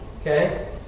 okay